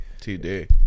TD